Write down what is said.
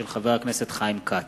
מאת חברי הכנסת מרינה